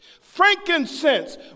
Frankincense